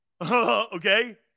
Okay